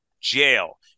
jail